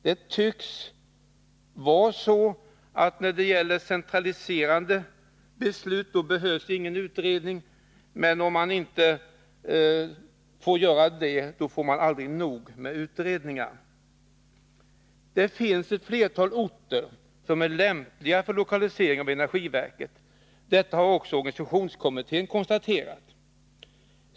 Det tycks vara så att det för centraliserande beslut inte behövs någon utredning, men om man inte får centralisera, då kan man inte få nog med utredningar. Det finns flera orter som är lämpliga för lokalisering av energiverket. Detta har också organisationskommittén konstaterat.